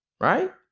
Right